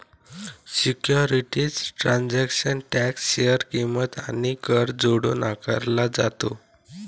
securities transaction tax share किंमत आणि कर जोडून आकारला जातो